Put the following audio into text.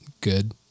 good